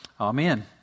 Amen